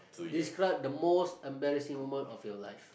describe the most embarrassing moment of your life